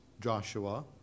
Joshua